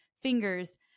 fingers